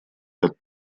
ряд